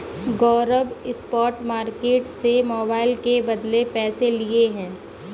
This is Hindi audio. गौरव स्पॉट मार्केट से मोबाइल के बदले पैसे लिए हैं